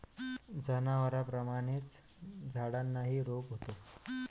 जनावरांप्रमाणेच झाडांनाही रोग होतो